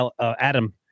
Adam